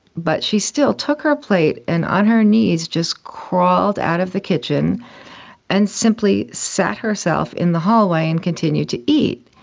but she still took her plate and on her knees just crawled out of the kitchen and simply sat herself in the hallway and continue to eat.